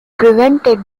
prevented